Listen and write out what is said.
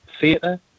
Theatre